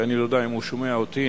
ואני לא יודע אם הוא שומע אותי.